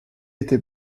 était